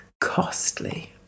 Costly